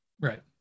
Right